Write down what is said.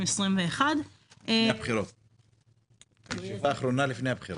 2021. הישיבה האחרונה לפני הבחירות.